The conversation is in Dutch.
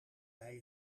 bij